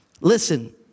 Listen